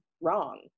wrong